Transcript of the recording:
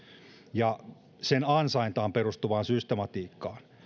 ja sen ansaintaan perustuvaan systematiikkaan